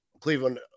Cleveland